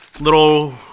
Little